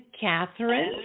Catherine